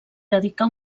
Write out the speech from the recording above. dedicà